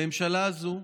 הממשלה הזו,